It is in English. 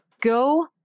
go